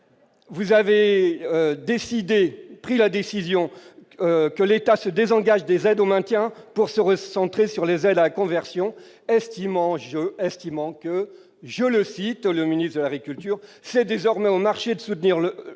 vous avez décidé, pris la décision que l'État se désengage des aides au maintien pour se recentrer sur les aides à la conversion estimant je estimant que, je le cite le ministre de l'Agriculture, c'est désormais au marché de soutenir le au